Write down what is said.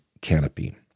canopy